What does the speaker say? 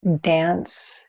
dance